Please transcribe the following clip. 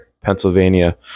pennsylvania